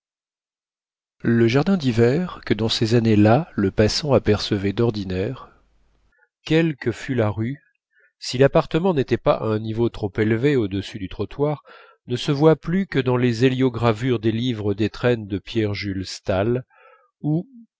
le jardin d'hiver que dans ces années-là le passant apercevait d'ordinaire quelle que fût la rue si l'appartement n'était pas à un niveau trop élevé au-dessus du trottoir ne se voit plus que dans les héliogravures des livres d'étrennes de p j stahl où